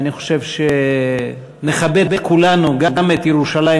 ואני חושב שנכבד כולנו גם את ירושלים